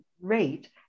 rate